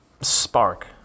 spark